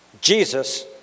Jesus